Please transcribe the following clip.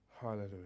Hallelujah